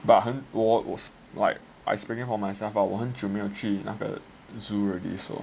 but like I speaking for myself ah 很久没有去那个 zoo already so